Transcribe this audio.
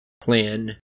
Plan